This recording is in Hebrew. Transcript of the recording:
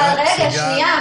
אבל שניה,